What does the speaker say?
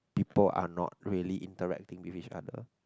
people are not really interacting with each other